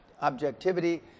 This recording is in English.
objectivity